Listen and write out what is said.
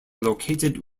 located